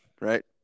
right